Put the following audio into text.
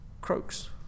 croaks